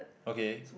okay